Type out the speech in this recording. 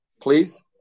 Please